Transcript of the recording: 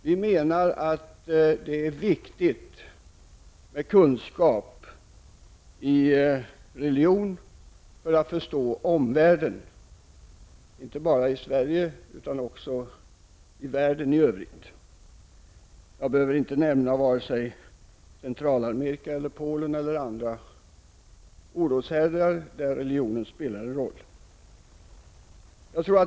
Vi anser att det är viktigt med kunskap i religion för att man skall kunna förstå omvärlden, inte bara Sverige utan även världen i övrigt. Jag behöver bara nämna Centralamerika, Polen och andra oroshärdar där religionen spelar en roll.